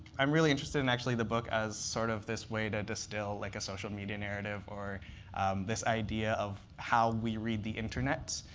i'm really interested in the book as sort of this way to distill like a social media narrative or this idea of how we read the internet.